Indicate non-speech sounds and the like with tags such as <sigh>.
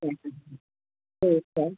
<unintelligible>